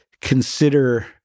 consider